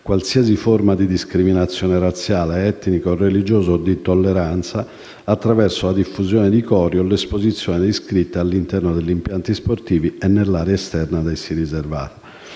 qualsiasi forma di discriminazione razziale, etnica o religiosa o di intolleranza attraverso la diffusione di cori o l'esposizione di scritte all'interno degli impianti sportivi e nell'area esterna ad essi riservata.